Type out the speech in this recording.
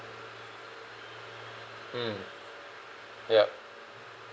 mm yup